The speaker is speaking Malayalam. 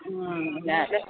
വേറെ